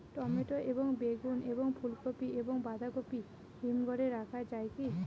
Tomato এবং বেগুন এবং ফুলকপি এবং বাঁধাকপি হিমঘরে রাখা যায় কি?